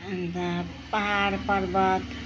अन्त पाहाड पर्वत